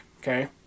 Okay